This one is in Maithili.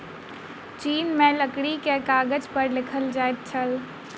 चीन में लकड़ी के कागज पर लिखल जाइत छल